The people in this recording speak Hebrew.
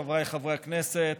חבריי חברי הכנסת,